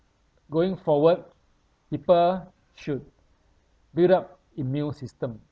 going forward people should build up immune system